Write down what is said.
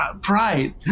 Pride